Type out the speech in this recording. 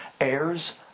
Heirs